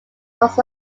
was